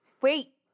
Wait